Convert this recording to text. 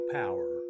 power